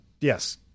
yes